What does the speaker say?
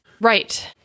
Right